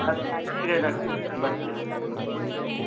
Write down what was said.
बाद ठीक है रख रखते हैं